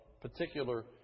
particular